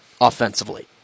offensively